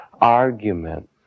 argument